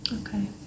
Okay